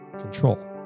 control